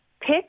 Pick